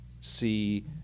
see